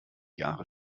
jahre